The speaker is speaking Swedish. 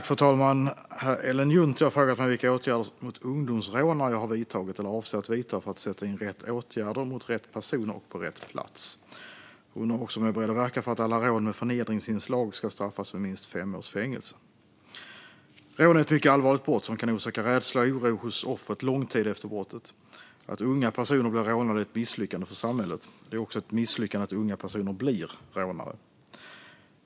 Fru talman! Ellen Juntti har frågat mig vilka åtgärder mot ungdomsrånare jag har vidtagit eller avser att vidta för att sätta in rätt åtgärder mot rätt personer och på rätt plats. Hon undrar också om jag är beredd att verka för att alla rån med förnedringsinslag ska straffas med minst fem års fängelse. Rån är ett mycket allvarligt brott som kan orsaka rädsla och oro hos offret lång tid efter brottet. Att unga personer blir rånade är ett misslyckande för samhället. Det är också ett misslyckande att unga personer blir rånare.